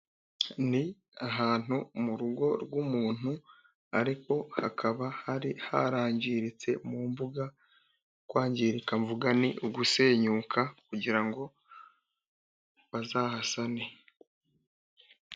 Ni ahantu mu rugo rw'umuntu ariko hakaba hari harangiritse mu mbuga, kwangirika mvuga ni ugusenyuka kugira ngo bazahasane.